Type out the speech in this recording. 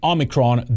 Omicron